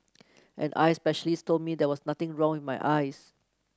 an eye specialist told me there was nothing wrong with my eyes